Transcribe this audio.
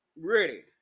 ready